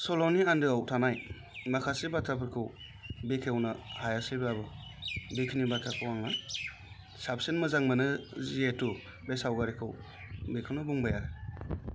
सल'नि आन्दोआव थानाय माखासे बाथ्राफोरखौ बेखेवनो हायासैब्लाबो बेखिनि बाथ्राखौ आङो साबसिन मोजां मोनो जिहेथु बे सावगारिखौ बेखौनो बुंबाय आरो